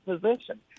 position